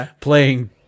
playing